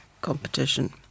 competition